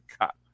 cut